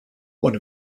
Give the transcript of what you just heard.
one